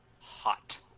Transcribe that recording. Hot